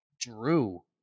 Drew